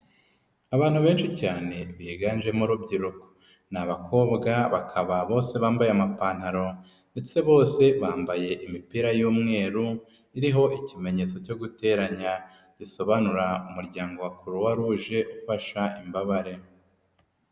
Abantu benshi cyane biganjemo urubyiruko. Ni abakobwa bakaba bose bambaye amapantaro ndetse bose bambaye imipira y'umweru iriho ikimenyetso cyo guteranya, gisobanura umuryango wa Croix Rouge ufasha imbabare.